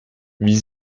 wie